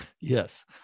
Yes